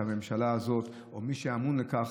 הממשלה הזאת או מי שאמון על כך.